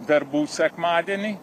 verbų sekmadienį